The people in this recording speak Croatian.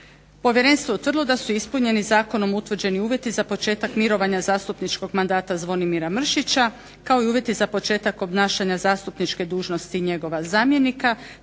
Povjerenstvo je utvrdilo da su ispunjeni zakonom utvrđeni uvjeti za početak mirovanja zastupničkog mandata Zvonimira Mršića kao i uvjeti za početak obnašanja zastupničke dužnosti njegova zamjenika